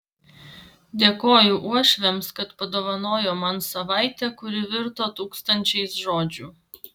dėkoju uošviams kad padovanojo man savaitę kuri virto tūkstančiais žodžių